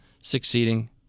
succeeding